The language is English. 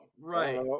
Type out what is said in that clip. Right